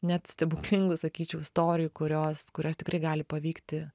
net stebuklingų sakyčiau istorijų kurios kurios tikrai gali paveikti